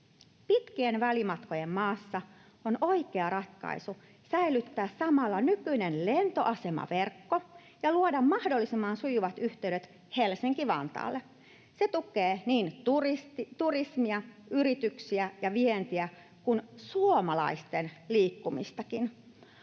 Pitkien välimatkojen maassa on oikea ratkaisu säilyttää samalla nykyinen lentoasemaverkko ja luoda mahdollisimman sujuvat yhteydet Helsinki-Vantaalle. Se tukee niin turismia, yrityksiä ja vientiä kuin suomalaisten liikkumistakin.